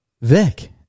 Vic